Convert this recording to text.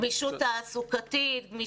גמישות תעסוקתית.